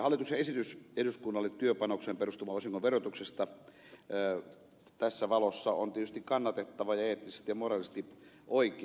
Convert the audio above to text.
hallituksen esitys eduskunnalle työpanokseen perustuvan osingon verotuksesta tässä valossa on tietysti kannatettava ja eettisesti ja moraalisesti oikein